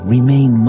Remain